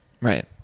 Right